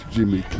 Jimmy